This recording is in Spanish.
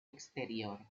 exterior